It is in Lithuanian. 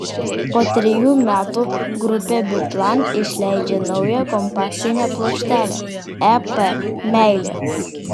po trejų metų grupė biplan išleidžia naują kompaktinę plokštelę ep meilė